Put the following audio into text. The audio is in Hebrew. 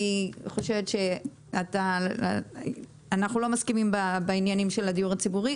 אני חושבת שאנחנו לא מסכימים בעניינים של הדיור הציבורי,